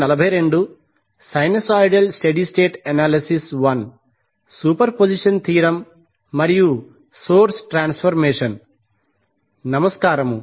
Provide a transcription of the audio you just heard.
నమస్కారము